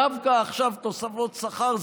תוספות שכר,